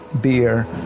beer